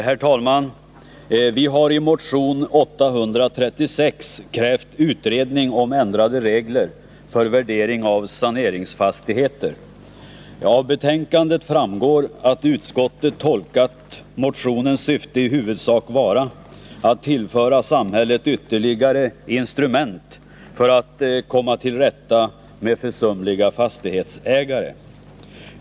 Herr talman! Vi har i motion 836 krävt utredning om ändrade regler för värdering av saneringsfastigheter. Av betänkandet framgår att utskottet tolkat motionens syfte i huvudsak vara att tillföra samhället ytterligare instrument för att komma till rätta med försumliga fastighetsägare.